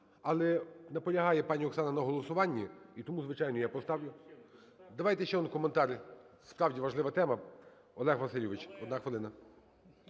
Але наполягає пані Оксана на голосуванні і тому, звичайно, я поставлю. Давайте ще коментар, справді важлива тема. Олег Васильович, 1 хвилина.